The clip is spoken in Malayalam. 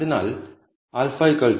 അതിനാൽ α 0